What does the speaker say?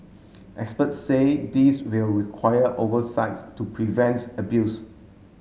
experts say this will require oversights to prevents abuse